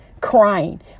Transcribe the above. crying